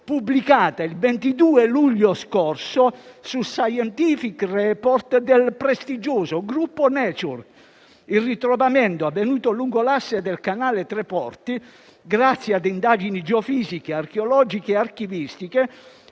pubblicata il 22 luglio scorso su «Scientific Reports» del prestigioso gruppo Nature. Il ritrovamento, avvenuto lungo l'asse del canale Treporti, grazie ad indagini geofisiche, archeologiche e archivistiche,